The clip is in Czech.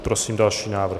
Prosím o další návrh.